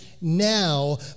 now